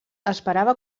esperava